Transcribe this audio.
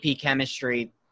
Chemistry